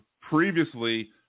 previously